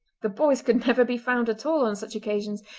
the boys could never be found at all on such occasions,